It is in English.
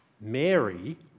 Mary